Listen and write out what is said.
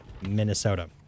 Minnesota